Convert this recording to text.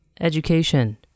education